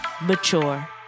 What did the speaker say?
mature